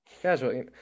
Casual